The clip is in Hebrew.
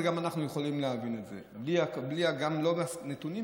וגם אנחנו יכולים להבין את זה גם ללא נתונים,